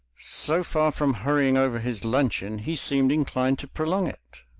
so far from hurrying over his luncheon, he seemed inclined to prolong it.